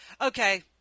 Okay